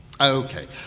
Okay